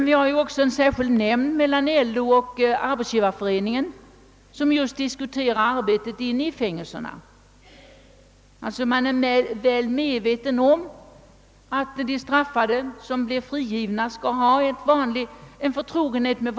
Vi har vidare en särskild nämnd med representanter för LO och Arbetsgivareföreningen, som diskuterar det arbete, som utförs av straffade inne i fängelserna. Man är alltså väl medveten om att de straffade bör ha förtrogenhet med vanligt arbete innan de friges.